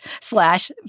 slash